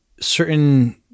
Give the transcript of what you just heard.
certain